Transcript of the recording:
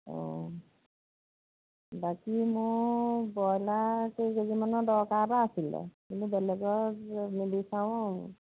বাকী মোৰ ব্ৰইলাৰ কেই কেজিমানৰ দৰকাৰ এটা আছিলে